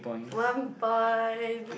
one pint